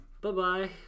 Bye-bye